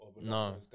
No